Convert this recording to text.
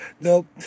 Nope